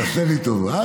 תעשה לי טובה.